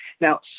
Now